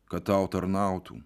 kad tau tarnautų